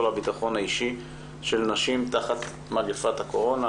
על הביטחון האישי של נשים תחת מגפת הקורונה,